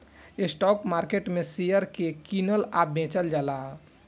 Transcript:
stock market में share के कीनल आ बेचल जाला